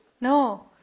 No